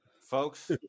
Folks